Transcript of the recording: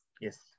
Yes